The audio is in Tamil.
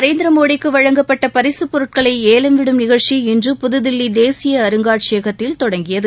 நரேந்திர மோடிக்கு வழங்கப்பட்ட பரிசுப் பொருட்களை ஏலம் விடும் நிகழ்ச்சி இன்று புதுதில்லி தேசிய அருங்காட்சியகத்தில் தொடங்கியது